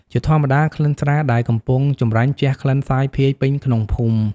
ជាធម្មតា ក្លិនស្រាដែលកំពុងចម្រាញ់ជះក្លិនសាយភាយពេញក្នុងភូមិ។